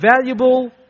valuable